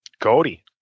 Cody